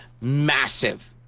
massive